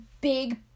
big